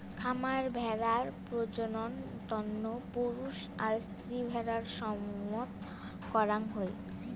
খামার ভেড়ার প্রজনন তন্ন পুরুষ আর স্ত্রী ভেড়ার সঙ্গম করাং হই